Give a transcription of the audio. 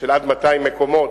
של עד 200 מקומות,